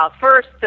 first